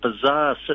bizarre